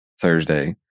Thursday